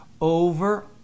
over